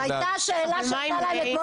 לפני הקריאה השנייה והשלישית,